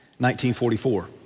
1944